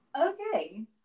Okay